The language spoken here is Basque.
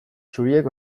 txuriek